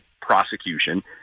prosecution